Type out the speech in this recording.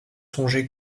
songé